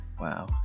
wow